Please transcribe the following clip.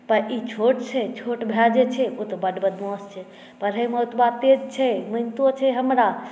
पर ई छोट छै छोट भाए जे छै ओ तऽ बड बदमाश छै पढ़ै मे ओतबा तेज छै मानितो छै हमरा